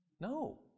No